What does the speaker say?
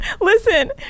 Listen